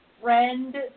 friend